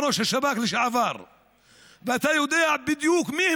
אתה ראש השב"כ לשעבר,